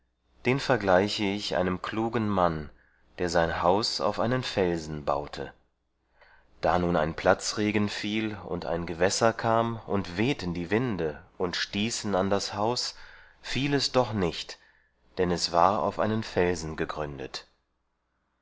den vergleiche ich einem klugen mann der sein haus auf einen felsen baute da nun ein platzregen fiel und ein gewässer kam und wehten die winde und stießen an das haus fiel es doch nicht denn es war auf einen felsen gegründet